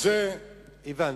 הבנתי.